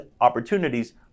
opportunities